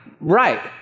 Right